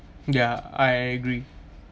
ya I agree